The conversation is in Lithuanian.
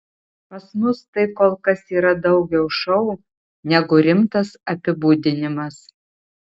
pas mus tai kol kas yra daugiau šou negu rimtas apibūdinimas